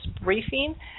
briefing